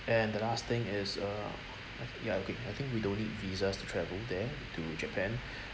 and the last thing is uh ya okay I think we don't need visas to travel there to japan